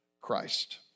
Christ